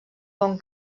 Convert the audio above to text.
bon